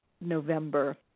November